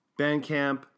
Bandcamp